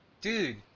Dude